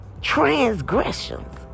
Transgressions